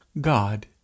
God